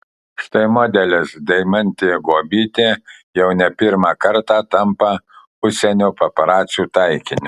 štai modelis deimantė guobytė jau ne pirmą kartą tampa užsienio paparacių taikiniu